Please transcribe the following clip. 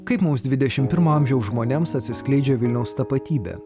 kaip mums dvidešimt pirmo amžiaus žmonėms atsiskleidžia vilniaus tapatybė